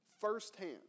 firsthand